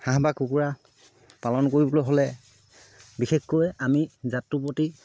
পালন কৰিবলৈ হ'লে বিশেষকৈ আমি জাতটোৰ প্ৰতি